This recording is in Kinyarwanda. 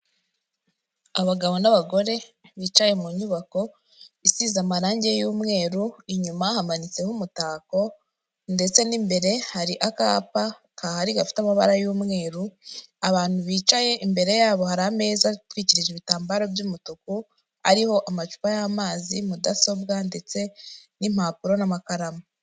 Abagabo n'abagore bicaye mu nyubako isize amarangi y'umweru, inyuma hamanitseho umutako, ndetse n'imbere hari akapa gahari gafite amabara y'umweru, abantu bicaye imbere yabo hari ameza atwikije ibitambaro by'umutuku, ariho amacupa y'amazi, mudasobwa ndetse n'impapuro n'amakaramu.